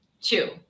Two